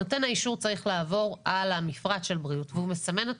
נותן האישור צריך לעבור על המפרט של בריאות והוא מסמן את